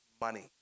money